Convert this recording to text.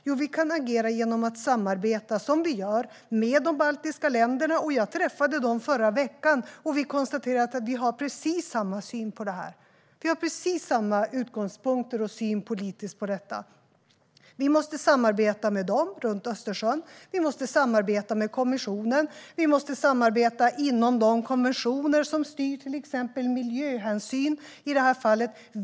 Jo, vi kan agera genom att samarbeta, som vi gör, med de baltiska länderna. Jag träffade dem förra veckan, och vi konstaterade att vi politiskt har precis samma syn på och utgångspunkt för detta. Vi måste samarbeta med länderna runt Östersjön och med kommissionen inom de konventioner som styr, till exempel miljöhänsyn i det här fallet.